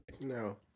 no